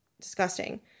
disgusting